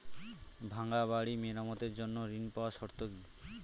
ভাঙ্গা বাড়ি মেরামতের জন্য ঋণ পাওয়ার শর্ত কি?